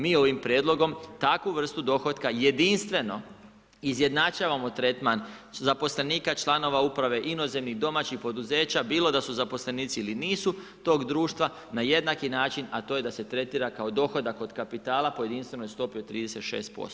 Mi ovim prijedlogom takvu vrstu dohotka jedinstveno izjednačavamo tretman zaposlenika članova uprave, inozemnih, domaćih poduzeća bilo da su zaposlenici ili nisu tog društva, na jednaki način, a to je da se tretira kao dohodak od kapitala, po jedinstvenoj stopi od 36%